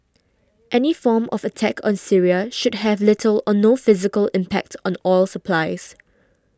any form of attack on Syria should have little or no physical impact on oil supplies